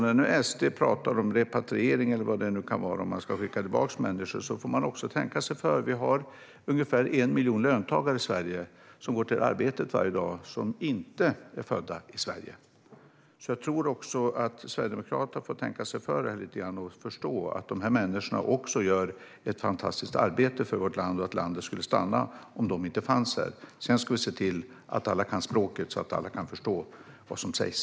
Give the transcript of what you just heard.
När SD pratar om repatriering - eller vad det nu kan vara om man ska skicka tillbaka människor - får man också tänka sig för. Vi har ungefär 1 miljon löntagare i Sverige som går till arbetet varje dag och som inte är födda i Sverige. Sverigedemokraterna borde tänka sig för och förstå att dessa människor gör ett fantastiskt arbete för vårt land. Landet skulle stanna om de inte fanns här. Sedan ska vi se till att alla kan språket så att alla kan förstå vad som sägs.